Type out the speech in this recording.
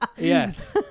Yes